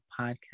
podcast